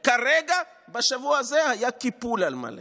כרגע, בשבוע הזה, היה קיפול על מלא.